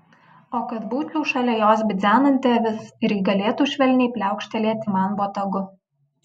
o kad būčiau šalia jos bidzenanti avis ir ji galėtų švelniai pliaukštelėti man botagu